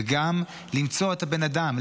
וגם למצוא את הבן-אדם,